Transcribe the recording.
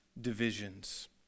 divisions